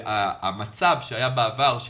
שונה המצב שהיה בעבר,